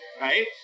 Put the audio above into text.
Right